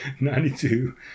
92